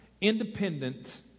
independent